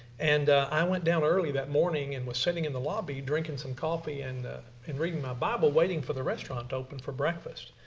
and i went down early that morning and was sitting in the lobby drinking some coffee and and reading my bible waiting for the restaurant to open for breakfast.